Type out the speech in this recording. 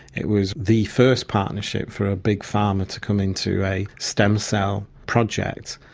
it was the first partnership for a big pharma to come into a stem cell project,